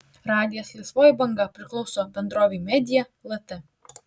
radijas laisvoji banga priklauso bendrovei media lt